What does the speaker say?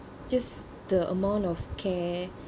just the amount of care